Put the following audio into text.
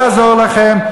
זה לא יעזור לכם.